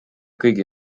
kõigi